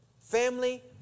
Family